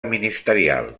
ministerial